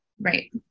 Right